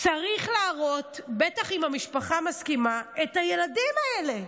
צריך להראות את הילדים האלה,